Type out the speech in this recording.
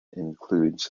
includes